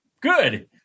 good